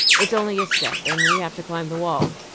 it is only a step, and we have to climb the wall.